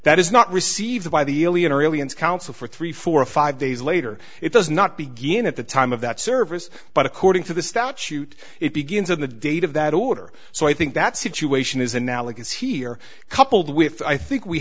that is not received by the alien or aliens counsel for three four or five days later it does not begin at the time of that service but according to the statute it begins on the date of that order so i think that situation is analogous here coupled with i think we